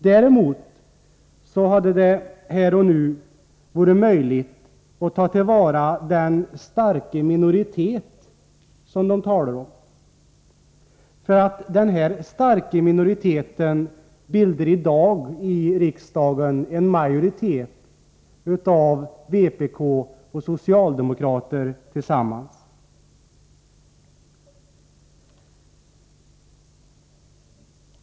Däremot hade det här och nu varit möjligt att ta till vara den ”starka minoritet” som det talas om, ty denna starka minoritet bildar i dag i riksdagen en majoritet av vpk och socialdemokrater tillsammans.